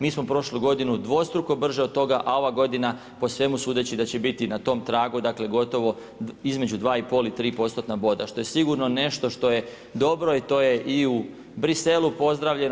Mi smo prošlu godinu dvostruko brže od toga a ova godina po svemu sudeći da će biti na tom tragu dakle gotovo između 2,5 i 3%-tna boda što je sigurno nešto što je dobro i to je i u Briselu pozdravljeno.